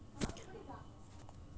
వరి వేసినప్పుడు ఎలాంటి ఎరువులను వాడాలి?